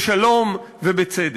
בשלום ובצדק.